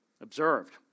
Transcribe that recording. observed